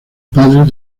padres